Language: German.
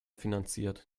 finanziert